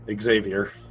Xavier